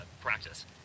practice